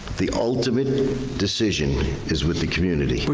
the ultimate decision is with the community.